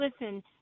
listen